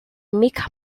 mick